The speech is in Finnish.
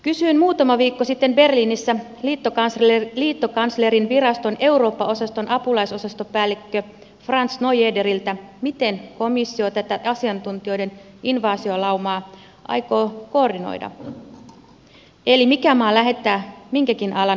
kysyin muutama viikko sitten berliinissä liittokanslerinviraston eurooppa osaston apulaisosastopäällikkö franz neuederiltä miten komissio tätä asiantuntijoiden invaasiolaumaa aikoo koordinoida eli mikä maa lähettää minkäkin alan asiantuntijan